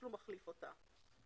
תשלום מחליף אותה.